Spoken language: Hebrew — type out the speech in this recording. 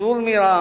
סור מרע